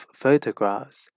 photographs